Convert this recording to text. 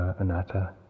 Anatta